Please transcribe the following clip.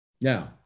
Now